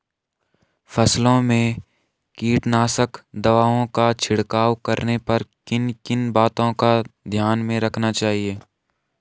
फसलों में कीटनाशक दवाओं का छिड़काव करने पर किन किन बातों को ध्यान में रखना चाहिए?